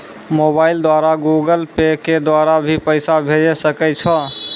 Mobile द्वारा Google pay के द्वारा भी पैसा भेजै सकै छौ?